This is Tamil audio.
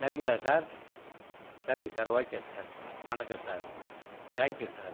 சரிங்களா சார் சரிங்க சார் ஓகே சார் வணக்கம் சார் தேங்க் யூ சார்